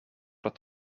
het